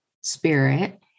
spirit